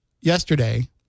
yesterday